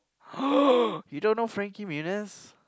you don't know Frankie-Muniz